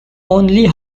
only